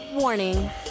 Warning